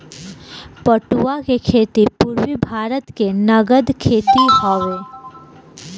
पटुआ के खेती पूरबी भारत के नगद खेती हवे